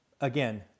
Again